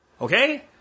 Okay